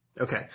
Okay